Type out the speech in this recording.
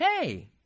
hey